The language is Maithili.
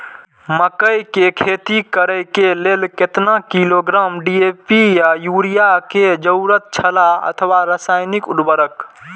मकैय के खेती करे के लेल केतना किलोग्राम डी.ए.पी या युरिया के जरूरत छला अथवा रसायनिक उर्वरक?